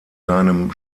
seinen